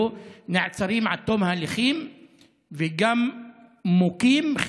נעצרים עד תום ההליכים וגם מוכים,